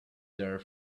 there